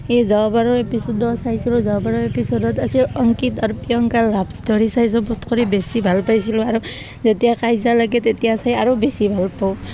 এই যোৱাবাৰৰ এপিচ'ডো চাইছিলোঁ যোৱাবাৰৰ এপিচ'ডত আছে অংকিত আৰু প্ৰিয়ংকা লাভ ষ্ট'ৰি চাই চবত কৰি বেছি ভাল পাইছিলোঁ আৰু যেতিয়া কাইজা লাগে তেতিয়া চাই আৰু বেছি ভাল পাওঁ